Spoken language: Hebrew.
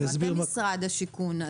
אתם משרד השיכון.